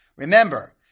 Remember